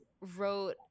wrote